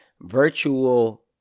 virtual